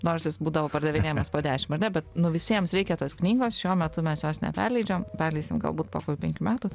nors jis būdavo pardavinėjamas po dešimt ar ne bet nu visiems reikia tos knygos šiuo metu mes jos neperleidžiam perleisim galbūt po kokių penkių metų